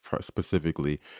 specifically